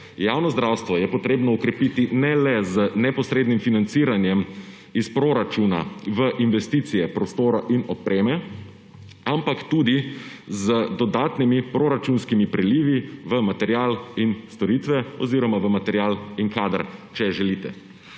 javno zdravstvo je treba okrepiti ne le z neposrednim financiranjem iz proračuna v investicije prostora in opreme, ampak tudi z dodatnimi proračunskimi prilivi v material in storitve oziroma v material in kader, če želite.